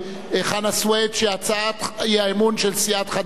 שהצעת האי-אמון של סיעת חד"ש לא נתקבלה.